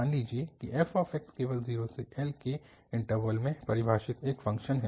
मान लीजिए कि f केवल 0 से L के इन्टरवल में परिभाषित एक फ़ंक्शन है